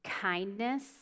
kindness